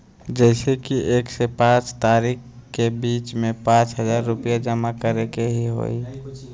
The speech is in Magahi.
जैसे कि एक से पाँच तारीक के बीज में पाँच हजार रुपया जमा करेके ही हैई?